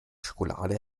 schokolade